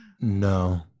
no